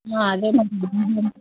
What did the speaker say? అదే నండి